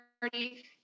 party